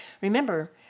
Remember